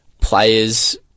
players